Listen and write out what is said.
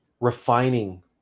refining